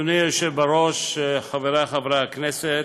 אדוני היושב בראש, חברי חברי הכנסת,